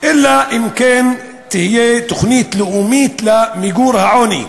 אלא אם כן תהיה תוכנית לאומית למיגור העוני.